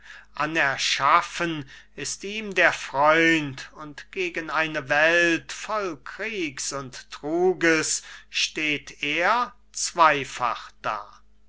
anerschaffen ist ihm der freund und gegen eine welt voll kriegs und truges steht er zweifach da